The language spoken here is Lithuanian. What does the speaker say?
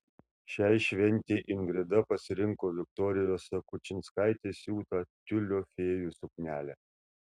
šiai šventei ingrida pasirinko viktorijos jakučinskaitės siūtą tiulio fėjų suknelę